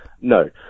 no